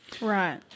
Right